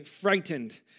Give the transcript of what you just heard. frightened